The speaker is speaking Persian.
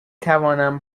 توانم